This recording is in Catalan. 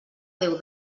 déu